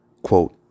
quote